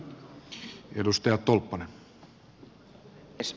arvoisa puhemies